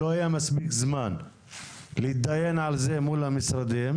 לא היה מספיק זמן להתדיין על זה מול המשרדים.